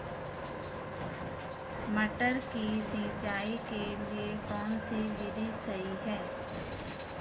मटर की सिंचाई के लिए कौन सी विधि सही है?